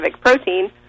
protein